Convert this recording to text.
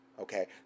Okay